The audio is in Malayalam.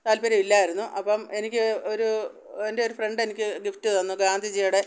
താത്പര്യമില്ലായിരുന്നു അപ്പം എനിക്ക് ഒരു എൻറ്റൊരു ഫ്രണ്ട് എനിക്ക് ഗിഫ്റ്റ് തന്നു ഗാന്ധിജിയുടെ